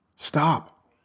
stop